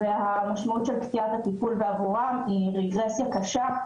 המשמעות של קטיעת הטיפול בעבורם היא רגרסיה קשה,